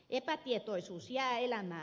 epätietoisuus jää elämään